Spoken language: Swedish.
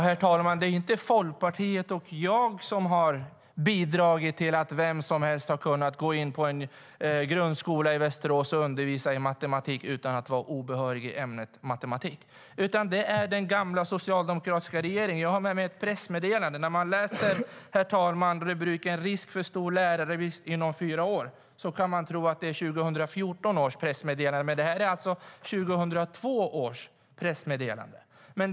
Herr talman! Det är inte Folkpartiet och jag som har bidragit till att vem som helst har kunnat gå in på en grundskola i Västerås och undervisa i matematik utan att vara behörig i ämnet matematik, utan det är den gamla socialdemokratiska regeringen. Jag har med mig ett pressmeddelande, och när man där läser rubriken "Risk för stor lärarbrist inom fyra år" kan man tro att det är ett pressmeddelande från 2014. Men det är alltså ett pressmeddelande från 2002.